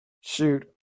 Shoot